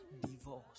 divorce